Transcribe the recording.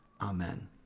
Amen